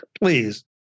Please